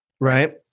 right